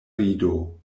rido